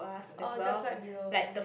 orh just right below